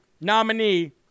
nominee